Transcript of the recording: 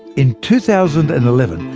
in two thousand and eleven,